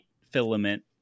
filament